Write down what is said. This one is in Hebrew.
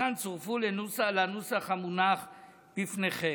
וחלקן לנוסח המונח בפניכם.